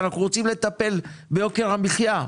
אנחנו רוצים לטפל ביוקר המחיה.